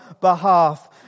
behalf